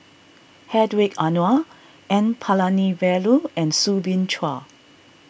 Hedwig Anuar N Palanivelu and Soo Bin Chua